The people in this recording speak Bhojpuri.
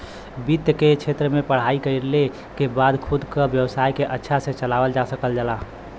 वित्त के क्षेत्र में पढ़ाई कइले के बाद खुद क व्यवसाय के अच्छा से चलावल जा सकल जाला